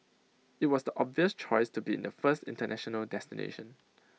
IT was the obvious choice to be the first International destination